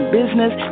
business